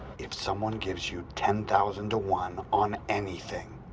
if someone gives you ten thousand to one, on anything,